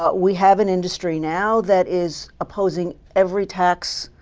ah we have an industry now that is opposing every tax